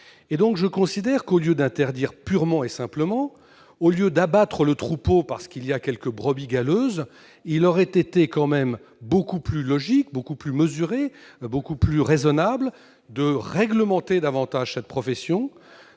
associé. Au lieu d'interdire purement et simplement, au lieu d'abattre le troupeau au nom de quelques brebis galeuses, il aurait donc été beaucoup plus logique, beaucoup plus mesuré, beaucoup plus raisonnable, de réglementer davantage cette profession,